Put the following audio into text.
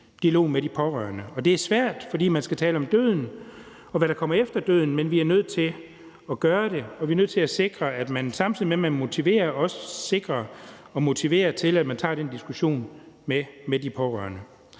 dialogen med de pårørende, og det er svært, fordi man skal tale om døden, og hvad der kommer efter døden, men vi er nødt til at gøre det, og vi er nødt til at sikre, at man, samtidig med at man motiverer, også sikrer, at der motiveres til, at man tager den diskussion med de pårørende.